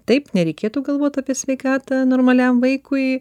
taip nereikėtų galvot apie sveikatą normaliam vaikui